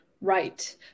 Right